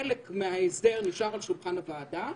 כאשר חלק מההסדר נשאר על שולחן הוועדה,